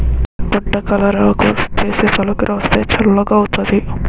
గుంటకలవరాకు రుబ్బేసి తలకు రాస్తే చల్లగౌతాది